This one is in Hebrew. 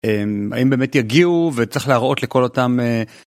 האם באמת יגיעו וצריך להראות לכל אותם.